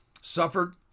suffered